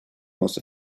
most